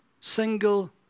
single